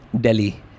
Delhi